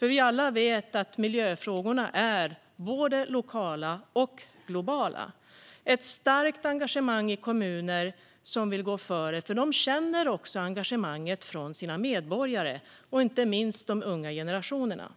Vi vet alla att miljöfrågorna är både lokala och globala. Det finns ett starkt engagemang i kommuner som vill gå före. De känner engagemanget från sina medborgare och inte minst från de unga generationerna.